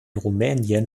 rumänien